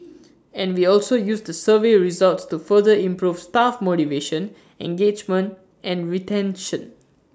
and we also use the survey results to further improve staff motivation engagement and retention